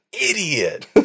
idiot